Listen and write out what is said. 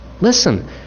Listen